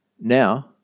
now